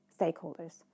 stakeholders